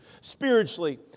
Spiritually